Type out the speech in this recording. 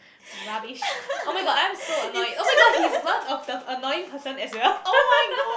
rubbish oh-my-god I am so annoyed oh-my-god he is one of the annoying person as well